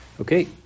Okay